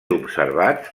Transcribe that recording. observats